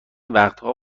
وقتها